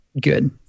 good